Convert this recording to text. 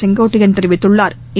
செங்கோட்டையன் தெரிவித்துள்ளாா்